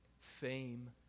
fame